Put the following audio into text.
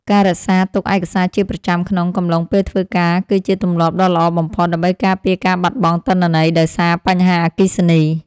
ការរក្សាទុកឯកសារជាប្រចាំក្នុងកំឡុងពេលធ្វើការគឺជាទម្លាប់ដ៏ល្អបំផុត ដើម្បីការពារការបាត់បង់ទិន្នន័យដោយសារបញ្ហាអគ្គិសនី។